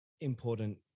important